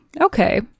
Okay